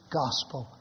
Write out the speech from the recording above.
gospel